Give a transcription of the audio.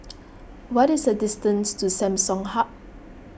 what is the distance to Samsung Hub